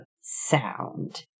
sound